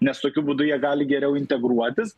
nes tokiu būdu jie gali geriau integruotis